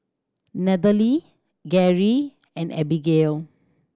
Nathaly Geri and Abigayle